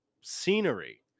scenery